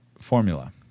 formula